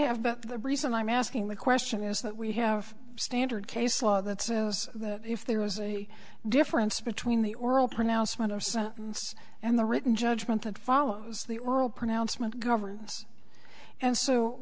have but the reason i'm asking the question is that we have standard case law that says that if there was a difference between the oral pronouncement of sentence and the written judgment that follows the oral pronouncement governs and so